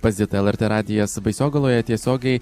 pas zitą lrt radijas baisogaloje tiesiogiai